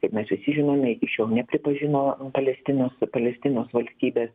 kaip mes visi žinome iki šiol nepripažino palestinos palestinos valstybės